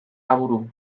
aburu